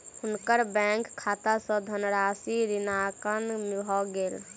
हुनकर बैंक खाता सॅ धनराशि ऋणांकन भ गेल